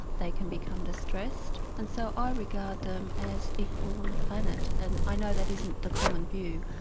they can become distressed, and so i regard them as equal on the planet and i know that isn't the common view.